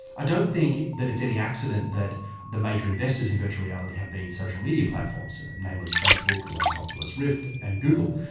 i don't think that it's any accident that the major investors in virtual reality has been social media platforms, namely facebook who owns oculus rift, and google,